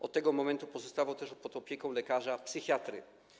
Od tego momentu pozostawał też pod opieką lekarza psychiatry.